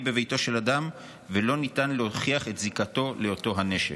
בביתו של אדם ולא ניתן להוכיח את זיקתו לאותו הנשק.